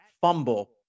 fumble